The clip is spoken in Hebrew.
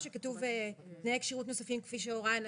או שכתוב תנאי כשירות נוספים כפי שהורה הנציב?